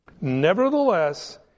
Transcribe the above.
nevertheless